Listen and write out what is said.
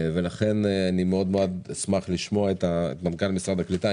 ולכן אני מאד אשמח לשמוע את מנכ"ל מרכז הקליטה.